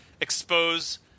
expose